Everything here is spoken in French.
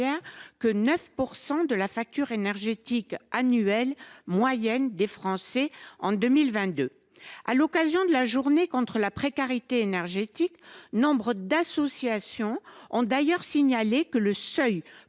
que 9 % de la facture énergétique annuelle des Français en 2022. À l’occasion de la journée contre la précarité énergétique, nombre d’associations l’ont d’ailleurs signalé : le seuil